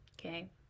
okay